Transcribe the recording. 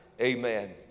amen